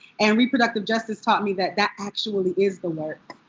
and reproductive justice taught me that that actually is the work.